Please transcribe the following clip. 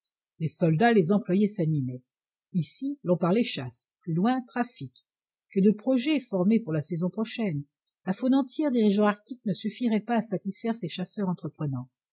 les soldats les employés s'animaient ici l'on parlait chasse plus loin trafic que de projets formés pour la saison prochaine la faune entière des régions arctiques ne suffirait pas à satisfaire ces chasseurs entreprenants